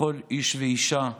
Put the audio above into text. לכל איש ואישה,